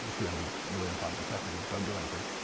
three hundred million times a second, don't do anything,